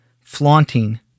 flaunting